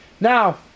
Now